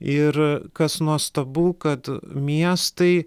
ir kas nuostabu kad miestai